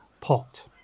pot